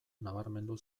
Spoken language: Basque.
nabarmendu